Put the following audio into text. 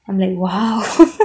I'm like !wow!